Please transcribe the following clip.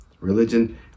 Religion